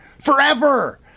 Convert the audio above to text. forever